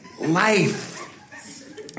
life